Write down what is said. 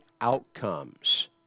outcomes